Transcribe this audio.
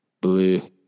Blue